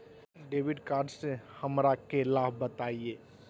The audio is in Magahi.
डेबिट कार्ड से हमरा के लाभ बताइए?